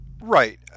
Right